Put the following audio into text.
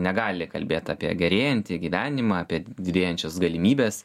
negali kalbėt apie gerėjantį gyvenimą apie didėjančias galimybes